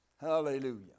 Hallelujah